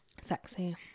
Sexy